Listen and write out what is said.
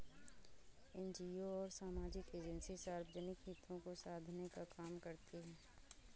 NGO और सामाजिक agency सार्वजनिक हितों को साधने का काम करती हैं